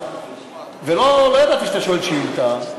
ולא ידעתי שאתה שואל שאילתה,